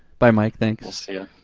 bye mike, thanks. we'll see you,